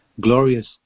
glorious